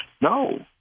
No